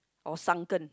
or sunken